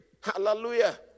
hallelujah